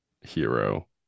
hero